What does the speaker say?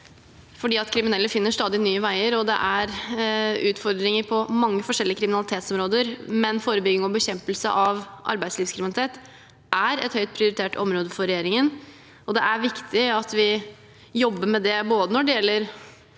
for kriminelle finner stadig nye veier. Det er utfordringer på mange forskjellige kriminalitetsområder, men forebygging og bekjempelse av arbeidslivskriminalitet er et høyt prioritert område for regjeringen. Det er viktig at vi jobber med det, og det er